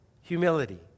Humility